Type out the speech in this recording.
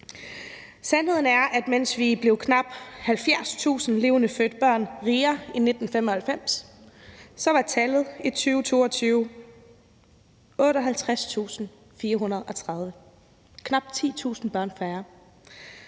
Sandheden er, at mens vi blev knap 70.000 levende fødte børn rigere i 1995, var tallet i 2022 58.430 – godt 10.000 børn færre.